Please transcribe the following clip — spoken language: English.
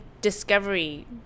discovery